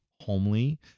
homely